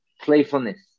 playfulness